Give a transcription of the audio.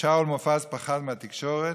שאול מופז פחד מהתקשורת,